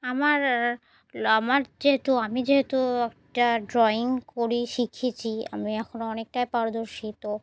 আমার আমার যেহেতু আমি যেহেতু একটা ড্রয়িং করি শিখেছি আমি এখন অনেকটাই পারদর্শী তো